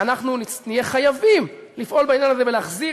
אנחנו נהיה חייבים לפעול בעניין הזה ולהחזיר